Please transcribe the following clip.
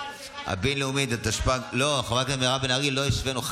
לא השווינו,